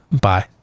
bye